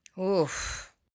Oof